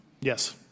yes